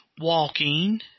walking